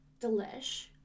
delish